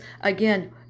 again